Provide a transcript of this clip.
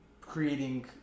creating